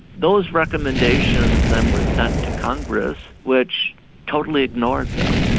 those recommendations then were sent to congress which totally ignored them,